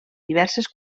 diverses